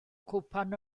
cwpan